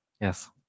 Yes